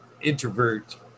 introvert